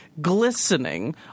glistening